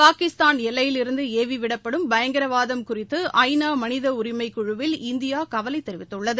பாகிஸ்தான் எல்லையிலிருந்து ஏவிவிடப்படும் பயங்கரவாதம் குறித்து ஐநா மனித உரிமைக்குழுவில் இந்தியா கவலை தெரிவித்துள்ளது